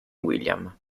william